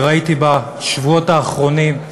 וראיתי בשבועות האחרונים,